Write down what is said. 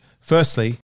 firstly